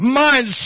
mind